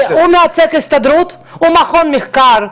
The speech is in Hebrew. הוא מייצג את ההסתדרות או מכון מחקר?